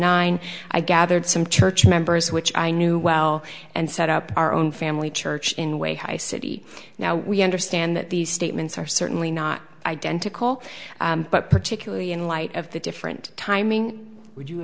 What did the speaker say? nine i gathered some church members which i knew well and set up our own family church in a way high city now we understand that these statements are certainly not identical but particularly in light of the different timing would you